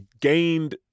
gained